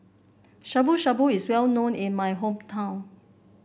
Shabu Shabu is well known in my hometown